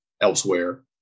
elsewhere